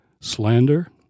slander